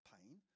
pain